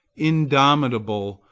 indomitable,